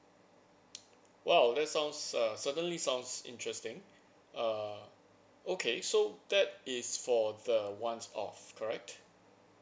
!wow! that sounds uh certainly sounds interesting err okay so that is for the one off correct